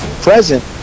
present